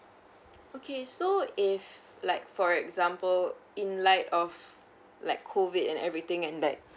okay so if like for example in like of like COVID and everything and that